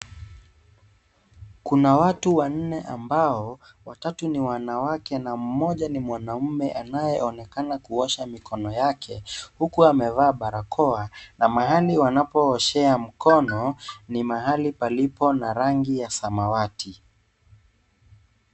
Kuna watu wanne ambao watatu ni wanawake na mmoja ni mwanaume anayeonekana kuosha mikono yake huku amevaa barakoa na mahali wanapooshea mikono ni mahali palipo na rangi ya samawati.